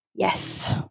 Yes